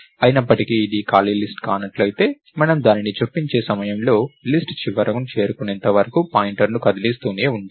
అయినప్పటికీ ఇది ఖాళీ లిస్ట్ కానట్లయితే మనము దానిని చొప్పించే సమయంలో లిస్ట్ చివరను చేరుకునేంత వరకు పాయింటర్ను కదిలిస్తూనే ఉంటాము